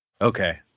okay